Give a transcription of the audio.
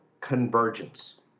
convergence